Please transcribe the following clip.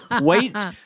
wait